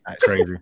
Crazy